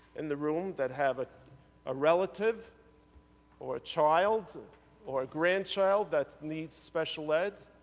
in the room that have ah a relative or a child or a grandchild that needs special ed.